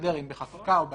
אם בחקיקה או בהנחיות.